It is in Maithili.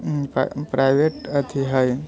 प्राइवेट अथी हइ